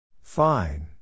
Fine